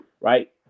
right